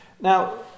Now